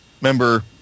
member